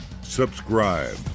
subscribe